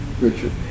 Richard